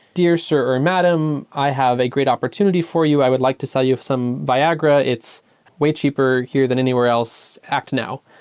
dear sir or madame, i have a great opportunity for you. i would like to sell you some viagra. it's way cheaper here than anywhere else. act now.